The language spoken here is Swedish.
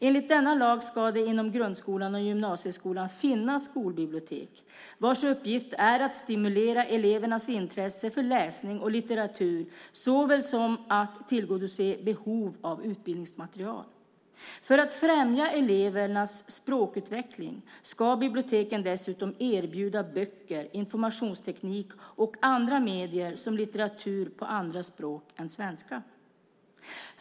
Enligt denna lag ska det inom grundskolan och gymnasieskolan finnas skolbibliotek vars uppgift är att stimulera elevernas intresse för läsning och litteratur såväl som att tillgodose behov av utbildningsmaterial. För att främja elevernas språkutveckling ska biblioteken dessutom erbjuda böcker, informationsteknik och andra medier samt litteratur på andra språk än svenska.